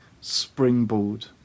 springboard